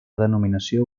denominació